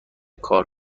کار